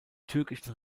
türkischen